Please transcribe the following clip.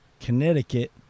connecticut